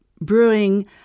brewing